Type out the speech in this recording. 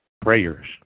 prayers